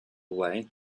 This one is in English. away